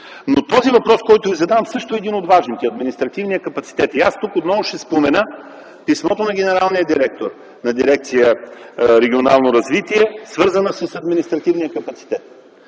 Този въпрос, който Ви задавам, също е един от важните – за административния капацитет. И аз тук отново ще спомена писмото на генералния директор на дирекция „Регионално развитие”, свързана с административния капацитет.